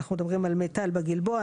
אנחנו מדברים על מיטל בגלבוע,